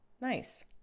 nice